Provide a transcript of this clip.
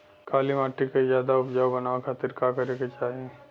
काली माटी के ज्यादा उपजाऊ बनावे खातिर का करे के चाही?